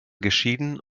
geschieden